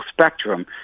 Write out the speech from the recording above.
spectrum